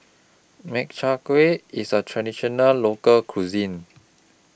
Makchang Gui IS A Traditional Local Cuisine